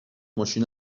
ماشین